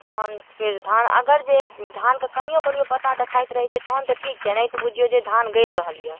तहन फेर धान अगर जे धान के कनियो कनियो पत्ता देखाइत रहैत छै तहन तऽ ठीक छै नहि तऽ बुझियौ जे धान गलि रहल यऽ